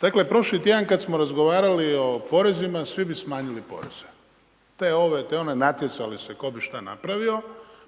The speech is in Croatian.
Dakle, prošli tjedan kada smo razgovarali o porezima, svi bi smanjili poreze, te ove, te one, natjecali bi se što bi napravio,